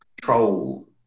control